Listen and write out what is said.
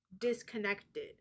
disconnected